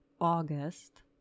august